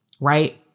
Right